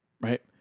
right